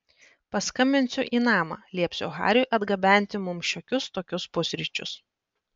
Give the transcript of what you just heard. paskambinsiu į namą liepsiu hariui atgabenti mums šiokius tokius pusryčius